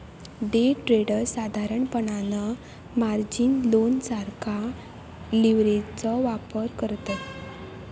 day traders साधारणपणान margin loan सारखा लीव्हरेजचो वापर करतत